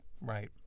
right